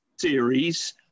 series